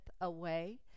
away